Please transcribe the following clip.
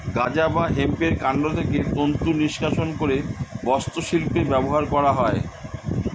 গাঁজা বা হেম্পের কান্ড থেকে তন্তু নিষ্কাশণ করে বস্ত্রশিল্পে ব্যবহার করা হয়